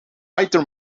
writer